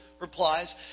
replies